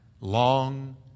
Long